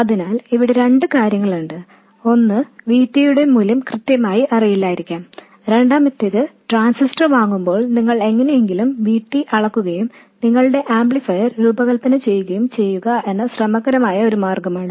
അതിനാൽ ഇവിടെ രണ്ട് കാര്യങ്ങളുണ്ട് ഒന്ന് V T യുടെ മൂല്യം കൃത്യമായി അറിയില്ലായിരിക്കാം രണ്ടാമത്തേത് ട്രാൻസിസ്റ്റർ വാങ്ങുമ്പോൾ നിങ്ങൾ എങ്ങനെയെങ്കിലും VT അളക്കുകയും നിങ്ങളുടെ ആംപ്ലിഫയർ രൂപകൽപ്പന ചെയ്യുകയും ചെയ്യുക എന്ന ശ്രമകരമായ ഒരു മാർഗമാണ്